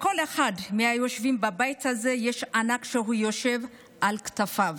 לכל אחד מהיושבים בבית הזה יש ענק שהוא יושב על כתפיו.